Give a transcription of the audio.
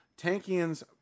tankian's